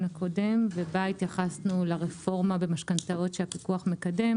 הקודם ובה התייחסנו לרפורמה במשכנתאות שהפיקוח מקדם,